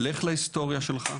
לך להיסטוריה שלך,